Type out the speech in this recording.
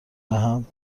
دهم